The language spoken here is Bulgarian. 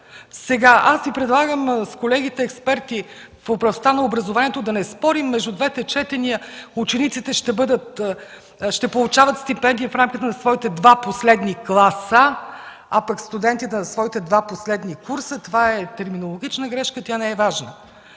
стъпка. Аз предлагам на колегите експерти в областта на образованието да не спорим между двете четения. Учениците ще получават стипендии в рамките на своите два последни класа, а студентите – в своите два последни курса, това е терминологична грешка и тя не е важна.